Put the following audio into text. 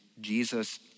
Jesus